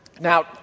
Now